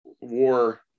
war